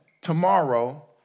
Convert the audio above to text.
tomorrow